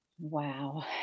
Wow